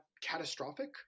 catastrophic